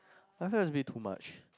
i heard is a bit too much